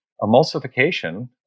Emulsification